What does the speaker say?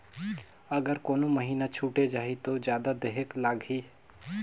अगर कोनो महीना छुटे जाही तो जादा देहेक लगही?